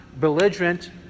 belligerent